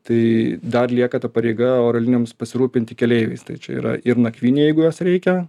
tai dar lieka ta pareiga oro linijoms pasirūpinti keleiviais tai čia yra ir nakvynė jeigu jos reikia